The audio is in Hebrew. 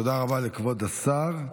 תודה רבה לכבוד השר.